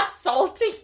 Salty